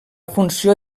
funció